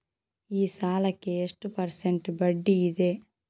ಈ ಸಾಲಕ್ಕೆ ಎಷ್ಟು ಪರ್ಸೆಂಟ್ ಬಡ್ಡಿ ಇದೆ?